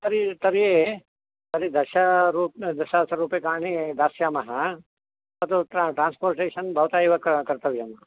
तर्हि तर्हि तर्हि दशरूप् दशसहस्ररूप्यकाणि दास्यामः तद् ट्रा ट्रान्सपोर्टेशन् भवता एव कर् कर्तव्यम्